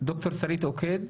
ד"ר שרית עוקד,